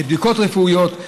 לבדיקות רפואיות,